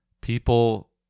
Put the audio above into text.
people